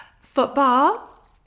football